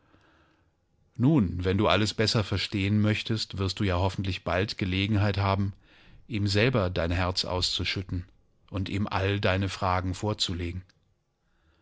nun wenn du alles besser verstehen möchtest wirst du ja hoffentlich bald gelegenheit haben ihm selber dein herz auszuschütten und ihm alle deine fragen vorzulegen